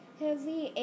heavy